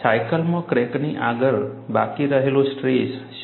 સાયકલમાં ક્રેકની આગળ બાકી રહેલો સ્ટ્રેસ શું છે